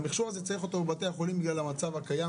את המכשור הזה צריך בבתי חולים בגלל המצב הקיים,